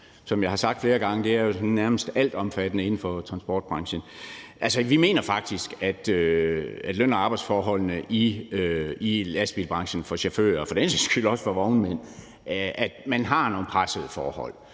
som jeg har sagt flere gange, nærmest altomfattende i forhold til transportbranchen. Altså, vi mener faktisk, at man med hensyn til løn- og arbejdsforholdene i lastbilbranchen for chauffører, og for den sags skyld også for vognmænd, er presset, og